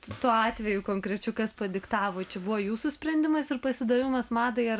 kitu atveju konkrečiu kas padiktavo čia buvo jūsų sprendimais ir pasidavimas madai ar